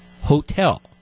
hotel